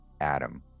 Adam